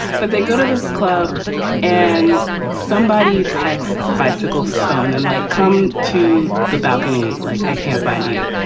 but they go to this club and somebody text bicycle phone and like, come to the balcony. like, i can't find you.